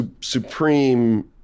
Supreme